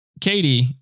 Katie